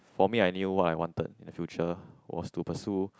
for me I knew what I wanted in the future was to pursue